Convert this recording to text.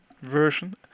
version